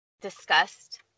discussed